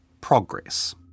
progress